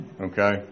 okay